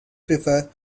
prefer